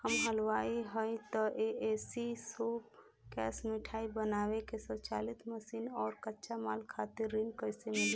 हम हलुवाई हईं त ए.सी शो कैशमिठाई बनावे के स्वचालित मशीन और कच्चा माल खातिर ऋण कइसे मिली?